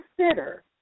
consider